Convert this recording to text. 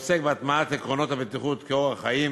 והוא עוסק בהטמעת עקרונות הבטיחות כאורח חיים